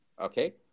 Okay